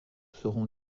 seront